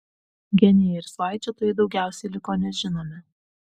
genijai ir svaičiotojai daugiausiai liko nežinomi